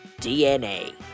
DNA